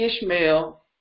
Ishmael